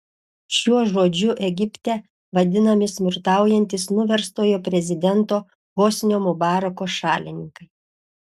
šiuo žodžiu egipte vadinami smurtaujantys nuverstojo prezidento hosnio mubarako šalininkai